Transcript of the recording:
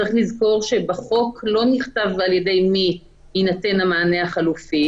צריך לזכור שבחוק לא נכתב על ידי מי יינתן המענה החלופי.